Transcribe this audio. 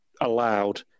allowed